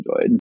enjoyed